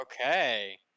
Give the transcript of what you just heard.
Okay